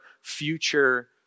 future